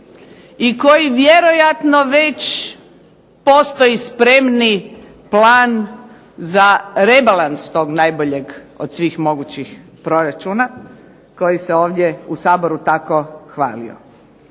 i koji vjerojatno već postoji spremni plan za rebalans tog najboljeg od svih mogućih proračuna koji se ovdje u Saboru tako hvalio.